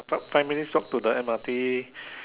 five five minutes walk to the M_R_T